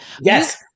yes